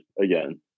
again